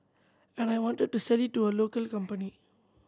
and I wanted to sell it to a local company